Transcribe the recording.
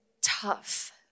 tough